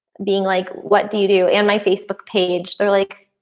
being like what do you do and my facebook page they're like,